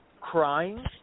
crying